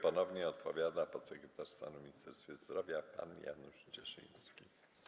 Ponownie odpowiada podsekretarz stanu w Ministerstwie Zdrowia pan Janusz Cieszyński.